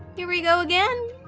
here we go again.